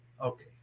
okay